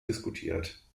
diskutiert